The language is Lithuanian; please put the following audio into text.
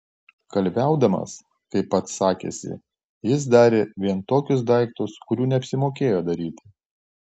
kalviaudamas kaip pats sakėsi jis darė vien tokius daiktus kurių neapsimokėjo daryti